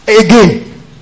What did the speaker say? Again